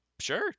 sure